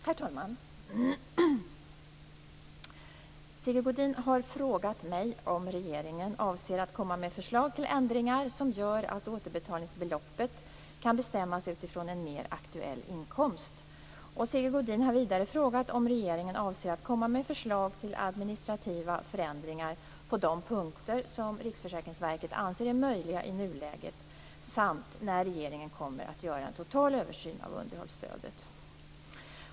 Herr talman! Sigge Godin har frågat mig om regeringen avser att komma med förslag till ändringar som gör att återbetalningsbeloppet kan bestämmas utifrån en mer aktuell inkomst. Sigge Godin har vidare frågat om regeringen avser att komma med förslag till administrativa förändringar på de punkter som Riksförsäkringsverket anser är möjliga i nuläget samt när regeringen kommer att göra en total översyn av underhållsstödet.